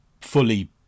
fully